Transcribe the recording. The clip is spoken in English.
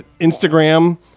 Instagram